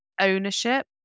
ownership